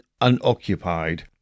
unoccupied